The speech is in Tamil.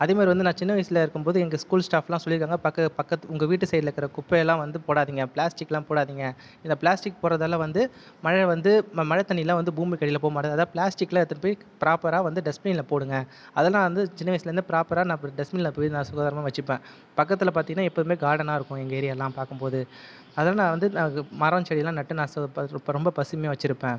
அதேமாதிரி வந்து நான் சின்ன வயசில் இருக்கும் போது எங்கள் ஸ்கூல் ஸ்டாப்பெல்லாம் சொல்லியிருக்காங்க பக்கு பக்கத்து உங்கள் வீட்டு சைடில் இருக்கிற குப்பையெல்லாம் வந்து போடாதீங்க பிளாஸ்டிக்கெல்லாம் போடாதீங்க இந்த பிளாஸ்டிக் போடுறதால வந்து மழையை வந்து மழை தண்ணி எல்லாம் வந்து பூமிக்கு அடியில் போகமாட்டுது அதனால பிளாஸ்டிக்கெலாம் எடுத்துகிட்டு போய் ப்ராப்பராக வந்து டஸ்பினில் போடுங்க அதெலாம் வந்து சின்ன வயசுலேருந்தே ப்ராப்பராக நான் டஸ்பினில் போய் நான் சுகாதாரமாக வச்சுப்பேன் பக்கத்தில் பார்த்தீங்கன்னா எப்பவுமே கார்டனாக இருக்கும் எங்கே ஏரியாயெல்லாம் பார்க்கும்போது அதனால் நான் வந்து மரம் செடியெல்லாம் நட்டு நான் சூப்பர் இப்போ ரொம்ப பசுமையாக வச்சுருப்பேன்